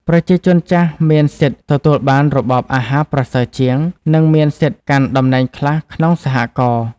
ប្រជាជនចាស់មានសិទ្ធិទទួលបានរបបអាហារប្រសើរជាង និងមានសិទ្ធិកាន់តំណែងខ្លះក្នុងសហករណ៍។